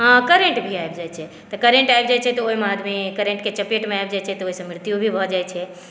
आँ करेंट भी आबि जाइ छै तऽ करेंट आबि जाइ छै तऽ ओहिमे आदमी करेंटक चपेटमे आबि जाइ छै तऽ ओहिसॅं मृत्यु भी भऽ जाइ छै